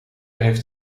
heeft